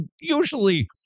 usually